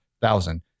thousand